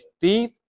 thief